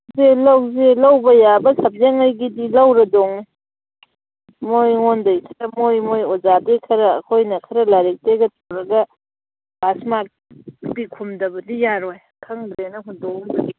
ꯂꯧꯁꯤ ꯂꯧꯁꯤ ꯂꯧꯕ ꯌꯥꯕ ꯁꯕꯖꯦꯛꯉꯩꯒꯤꯗꯤ ꯂꯧꯔꯗꯣꯏꯅꯤ ꯃꯣꯏ ꯃꯣꯏ ꯑꯣꯖꯥꯗꯩ ꯈꯔ ꯑꯩꯈꯣꯏꯅ ꯈꯔ ꯂꯥꯏꯔꯤꯛꯇꯩꯒ ꯇꯧꯔꯒ ꯄꯥꯁ ꯃꯥꯔꯛꯇꯤ ꯈꯨꯝꯗꯕꯗꯤ ꯌꯥꯔꯣꯏ ꯈꯪꯗ꯭ꯔꯦꯅ ꯍꯨꯟꯗꯣꯛꯑꯝꯕꯗꯤ